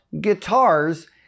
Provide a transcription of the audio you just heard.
guitars